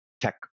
tech